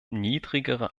niedrigere